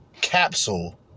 Capsule